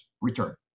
return